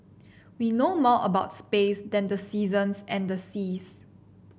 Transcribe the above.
we know more about space than the seasons and the seas